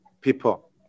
people